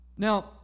Now